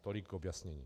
Tolik k objasnění.